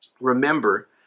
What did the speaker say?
remember